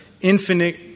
infinite